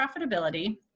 profitability